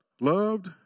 loved